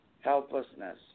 Helplessness